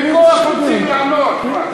בכוח רוצים לענות.